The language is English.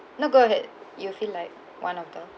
not good that you feel like one of the